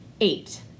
Eight